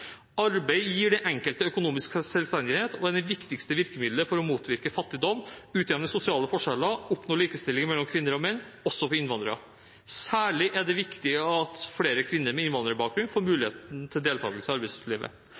Arbeid gir den enkelte økonomisk selvstendighet og er det viktigste virkemidlet for å motvirke fattigdom, utjevne sosiale forskjeller og oppnå likestilling mellom kvinner og menn – også blant innvandrere. Særlig er det viktig at flere kvinner med innvandrerbakgrunn får mulighet til deltakelse i arbeidslivet.